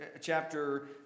chapter